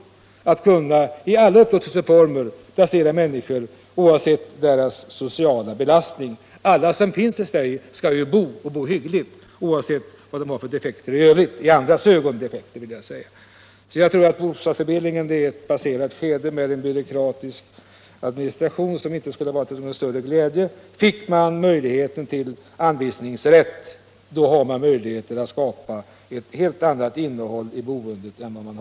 Om bostadsförmedlingarna får en sådan anvisningsrätt kommer den att kunna placera de bostadssökande i vilket bostadsområde som helst, oberoende av de bostadssökandes sociala belastning. Alla människor i Sverige skall ha rätt att bo hyggligt, oavsett vilka effekter det har i andras ögon. Jag tror alltså att bostadsförmedlingen med dess byråkratiska administration är ett passerat skede och att den i fortsättningen inte kan vara till någon större glädje. Med en anvisningsrätt skulle man emellertid få möjlighet att ge boendet ett annat innehåll än vad det har i dag.